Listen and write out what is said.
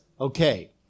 Okay